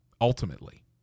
ultimately